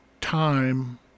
time